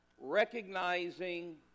recognizing